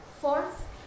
Fourth